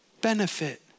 benefit